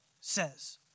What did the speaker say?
says